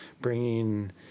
bringing